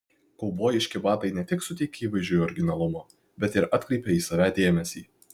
kaubojiški batai ne tik suteikia įvaizdžiui originalumo bet ir atkreipia į save dėmesį